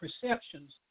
perceptions